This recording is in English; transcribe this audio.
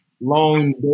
long